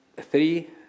three